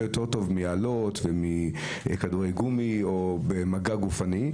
יותר טוב מאלות או כדורי גומי או מגע גופני,